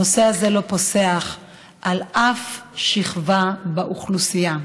הנושא הזה לא פוסח על שום שכבה באוכלוסייה.